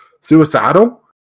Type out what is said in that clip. suicidal